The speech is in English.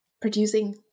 producing